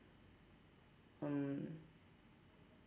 um